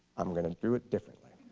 i'm going to do it differently.